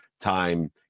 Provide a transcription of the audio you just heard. time